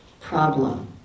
problem